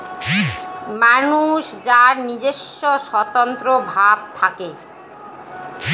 মানুষ যার নিজস্ব স্বতন্ত্র ভাব থাকে